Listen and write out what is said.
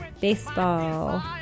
Baseball